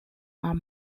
are